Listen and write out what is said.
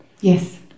Yes